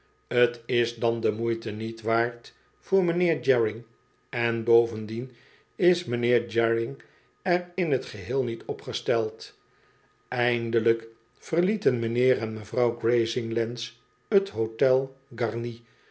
t is dan de moeite niet waard voor mijnheer jairing en bovendien is mijnheer jairing er in t geheel niet op gesteld eindelijk verlieten mijnheer en mevrouw grazinglands t hotel garni